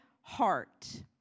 heart